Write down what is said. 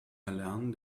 erlernen